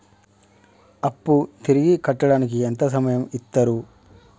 అప్పు తిరిగి కట్టడానికి ఎంత సమయం ఇత్తరు?